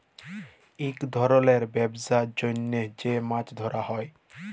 ইক ধরলের ব্যবসার জ্যনহ যে মাছ ধ্যরা হ্যয়